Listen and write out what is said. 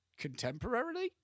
contemporarily